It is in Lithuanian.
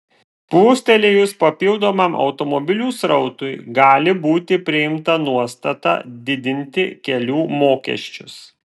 plūstelėjus papildomam automobilių srautui gali būti priimta nuostata didinti kelių mokesčius